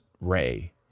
Ray